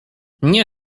nie